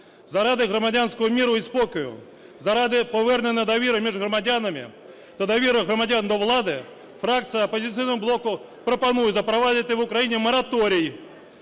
Заради громадянського миру і спокою, заради повернення довіри між громадянами та довіри громадян до влади фракція "Опозиційного блоку" пропонує запровадити в Україні мораторій